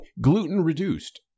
gluten-reduced